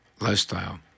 lifestyle